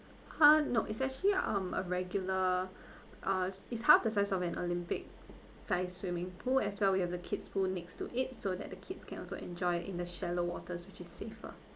uh no it's actually um a regular uh is half the size of an olympic sized swimming pool as well we have a kids pool next to it so that the kids can also enjoy in the shallow waters which is safer